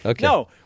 No